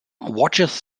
watches